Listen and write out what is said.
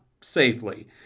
safely